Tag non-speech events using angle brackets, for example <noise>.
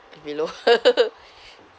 pillow <laughs>